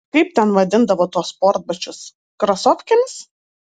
kaip ten vadindavo tuos sportbačius krasofkėmis